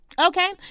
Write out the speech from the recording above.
Okay